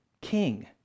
king